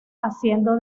haciendo